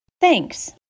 Thanks